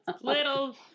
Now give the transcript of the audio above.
little